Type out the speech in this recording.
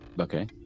Okay